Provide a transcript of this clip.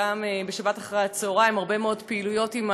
גם אני ביקרתי בבית-חולים השדה פה,